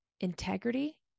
integrity